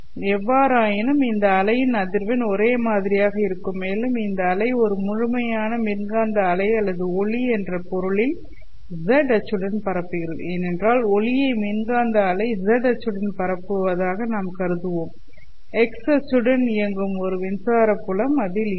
எவ்வாறாயினும் இந்த அலையின் அதிர்வெண் ஒரே மாதிரியாக இருக்கும் மேலும் இந்த அலை ஒரு முழுமையான மின்காந்த அலை அல்லது ஒளி என்ற பொருளில் z அச்சுடன் பரப்புகிறது ஏனென்றால் ஒளியை மின்காந்த அலை z அச்சுடன் பரப்புவதாக நாம் கருதுவோம் x அச்சுடன் இயங்கும் ஒரு மின்சார புலம் அதில் இருக்கும்